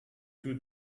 two